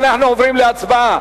רבותי, אנחנו עוברים להצבעה.